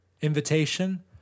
invitation